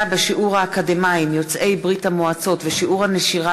בשיעור האקדמאים יוצאי ברית-המועצות ושיעור הנשירה